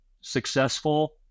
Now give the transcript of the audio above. successful